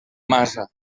massa